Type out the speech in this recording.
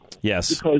Yes